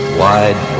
wide